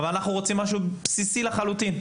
אבל אנחנו רוצים משהו בסיסי לחלוטין.